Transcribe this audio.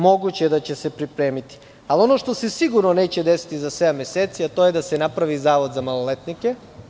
Moguće je da će se pripremiti, ali ono što se sigurno neće desiti za sedam meseci, to je da se napravi zavod za maloletnike.